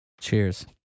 Cheers